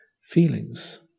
feelings